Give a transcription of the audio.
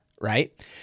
right